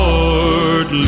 Lord